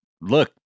look